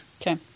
Okay